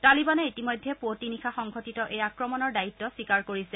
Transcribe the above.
তালিবানে ইতিমধ্যে পুৱতি নিশা সংঘটিত এই আক্ৰমণৰ দায়িত্ব স্বীকাৰ কৰিছে